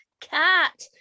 cat